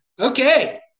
okay